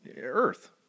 Earth